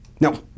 No